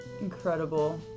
Incredible